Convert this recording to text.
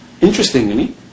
Interestingly